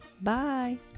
Bye